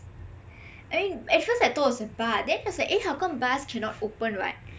I mean at first I thought it was a bar then I was like eh how come bars should not open [what]